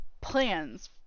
plans